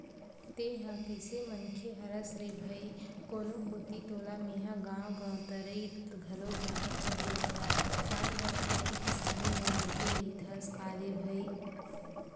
तेंहा कइसे मनखे हरस रे भई कोनो कोती तोला मेंहा गांव गवतरई घलोक जावत नइ देंखव साल भर खेती किसानी म लगे रहिथस का रे भई?